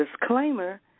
disclaimer